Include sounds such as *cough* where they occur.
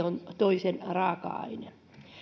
*unintelligible* on toisen raaka aine